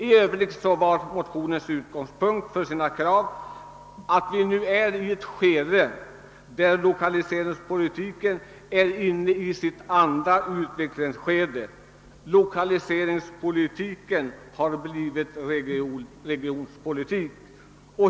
I övrigt var utgångspunkten för motionskravet att lokaliseringspolitiken nu är inne i sitt andra utvecklingsskede; lokaliseringspolitiken har blivit regionpolitik.